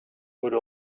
would